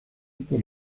por